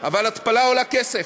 אבל התפלה עולה כסף.